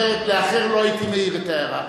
אחרת לאחר לא הייתי מעיר את ההערה.